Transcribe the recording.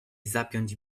zapiąć